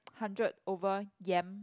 hundred over yam